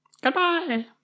Goodbye